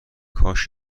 کاش